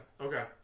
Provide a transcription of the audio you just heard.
okay